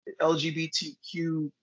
LGBTQ